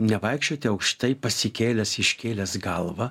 nevaikščioti aukštai pasikėlęs iškėlęs galvą